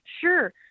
Sure